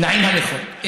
נעים הליכות.